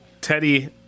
Teddy